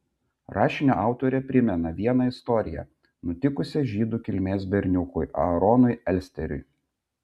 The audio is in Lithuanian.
rašinio autorė primena vieną istoriją nutikusią žydų kilmės berniukui aaronui elsteriui